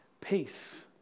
Peace